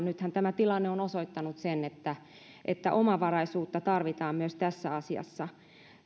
nythän tämä tilanne on osoittanut sen että että omavaraisuutta tarvitaan myös tässä asiassa